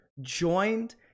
joined